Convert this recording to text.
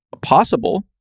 possible